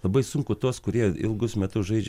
labai sunku tuos kurie ilgus metus žaidžia